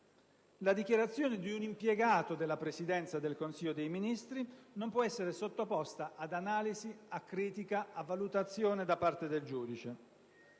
La dichiarazione di un impiegato della Presidenza del Consiglio dei ministri non può essere sottoposta ad analisi, a critica, a valutazione da parte del giudice.